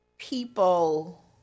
People